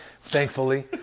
thankfully